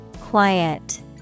Quiet